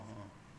oh oh oh